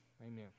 Amen